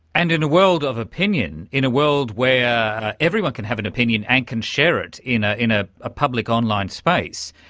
and in a world of opinion, in a world where everyone can have an opinion and can share it in ah in ah a public online space,